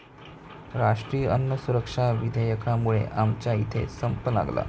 राष्ट्रीय अन्न सुरक्षा विधेयकामुळे आमच्या इथे संप लागला